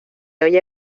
oye